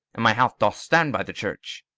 and my house doth stand by the church.